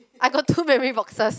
I got two memory boxes